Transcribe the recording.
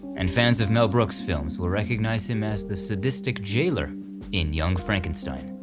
and fans of mel brooks films will recognize him as the sadistic jailer in young frankenstein.